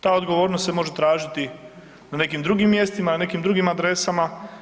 Ta odgovornost se može tražiti na nekim drugim mjestima i nekim drugim adresama.